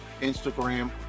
Instagram